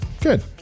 Good